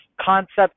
concept